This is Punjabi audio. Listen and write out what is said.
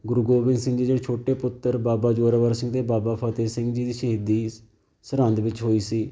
ਗੁਰੂ ਗੋਬਿੰਦ ਸਿੰਘ ਜੀ ਦੇ ਜਿਹੜੇ ਛੋਟੇ ਪੁੱਤਰ ਬਾਬਾ ਜ਼ੋਰਾਵਰ ਸਿੰਘ ਅਤੇ ਬਾਬਾ ਫਤਿਹ ਸਿੰਘ ਜੀ ਦੀ ਸ਼ਹੀਦੀ ਸਰਹੰਦ ਵਿੱਚ ਹੋਈ ਸੀ